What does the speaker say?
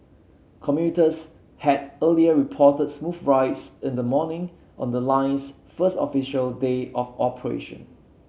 commuters had earlier reported smooth rides in the morning on the line's first official day of operation